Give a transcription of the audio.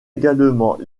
également